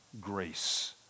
grace